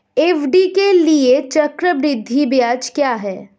FD के लिए चक्रवृद्धि ब्याज क्या है?